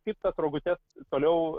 kaip tas rogutes toliau